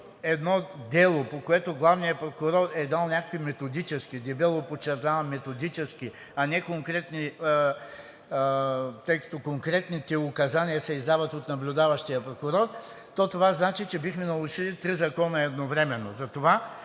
едно дело, по което главният прокурор е дал някакви методически, дебело подчертавам методически, а не конкретни, тъй като конкретните указания се издават от наблюдаващия прокурор, то това значи, че бихме нарушили три закона едновременно.